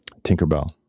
Tinkerbell